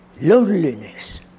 loneliness